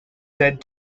said